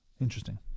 Interesting